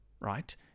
right